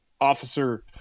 officer